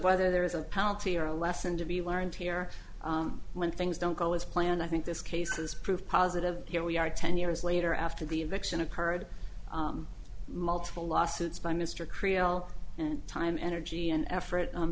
whether there is a panel to or a lesson to be learned here when things don't go as planned i think this case is proof positive here we are ten years later after the election occurred multiple lawsuits by mr kriol and time energy and effort on